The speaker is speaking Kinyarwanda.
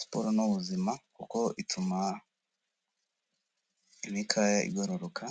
Siporo ni ubuzima kuko ituma imikaya igororoka,